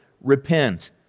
repent